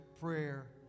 prayer